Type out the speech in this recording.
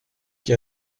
qui